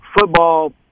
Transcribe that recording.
football